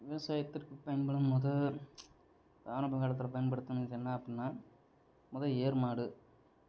விவசாயத்திற்கு பயன்படும் மொத ஆரம்பக் காலத்தில் பயன்படுத்தினது என்ன அப்டின்னா மொத ஏர் மாடு